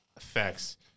effects